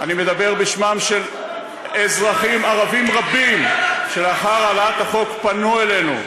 אני מדבר בשמם של אזרחים ערבים רבים שלאחר העלאת החוק פנו אלינו,